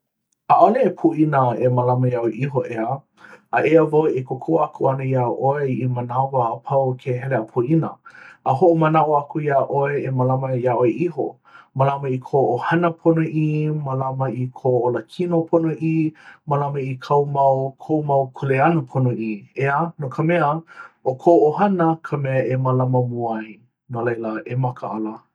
ʻaʻale e poina e mālama iā ʻoe iho, ʻeā? a eia wau e kōkua aku ana iā ʻoe i manawa a pau ke hele a poina. a hoʻomanaʻo aku iā ʻoe e mālama iā ʻoe iho. mālama i kou ʻohana ponoʻī. mālama i kou ola kino ponoʻī. mālama i kāu mau kou mau kuleana ponoʻī. ʻea, no ka mea ʻo kou ʻohana ka mea e mālama mua ai. No laila e makaʻala.